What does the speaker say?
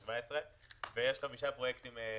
ויש חמישה פרויקטים חדשים.